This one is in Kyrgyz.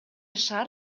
шаар